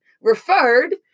referred